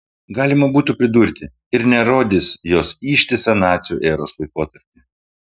galima būtų pridurti ir nerodys jos ištisą nacių eros laikotarpį